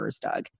Doug